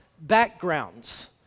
backgrounds